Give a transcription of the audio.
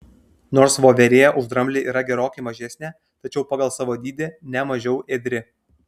nors voverė už dramblį yra gerokai mažesnė tačiau pagal savo dydį ne mažiau ėdri